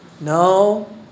No